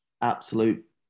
absolute